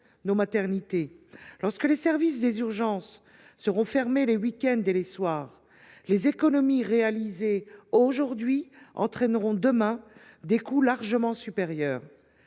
nos maternités. Lorsque les services des urgences seront fermés les week ends et les soirs, les économies réalisées aujourd’hui entraîneront demain des coûts largement supérieurs.